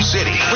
City